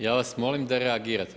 Ja vas molim da reagirate.